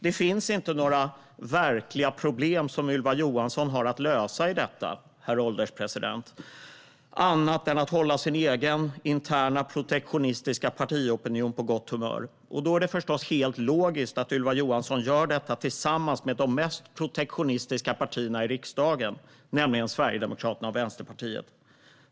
Det finns inte några verkliga problem som Ylva Johansson har att lösa i detta, annat än att hålla sin egen interna protektionistiska partiopinion på gott humör. Då är det förstås helt logiskt att Ylva Johansson gör detta tillsammans med de mest protektionistiska partierna i riksdagen, nämligen Sverigedemokraterna och Vänsterpartiet.